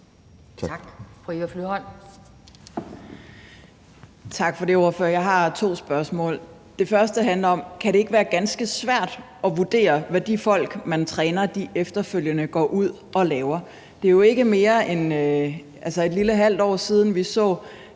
Tak for det. Jeg har to spørgsmål. Det første er: Kan det ikke være ganske svært at vurdere, hvad de folk, man træner, efterfølgende går ud og laver? Det er jo ikke mere end et lille halvt år siden, vi så,